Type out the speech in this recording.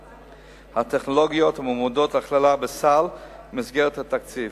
והטכנולוגיות המועמדות להכללה בסל במסגרת התקציב.